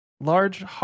large